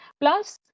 Plus